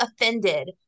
offended